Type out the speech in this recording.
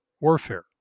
warfare